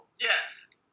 yes